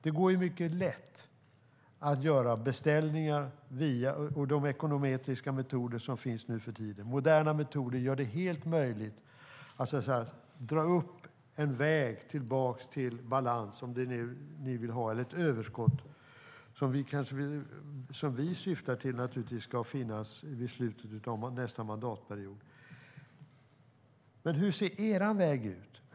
Det går mycket lätt att göra beställningar via de ekonometriska metoder som finns nu för tiden. Moderna metoder gör det helt möjligt att dra upp en väg tillbaka till balans - om det nu är det ni vill ha - eller ett överskott, som vi syftar till ska finnas vid slutet av nästa mandatperiod. Men hur ser er väg ut?